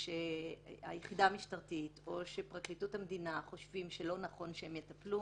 שהיחידה המשטרתית או פרקליטות המדינה חושבים שלא נכון שהם יטפלו,